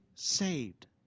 saved